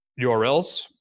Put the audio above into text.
URLs